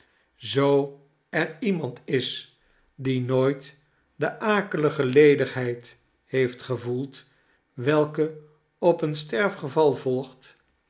zoo er iemand is die nooit de akelige ledigheid heeft gevoeld welke op een sterfgeval volgt